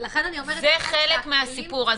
זה חלק מן הסיפור.